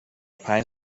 پنج